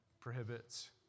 prohibits